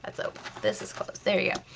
that's open, this is closed, there yeah